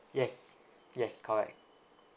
yes yes correct